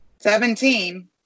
Seventeen